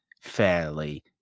fairly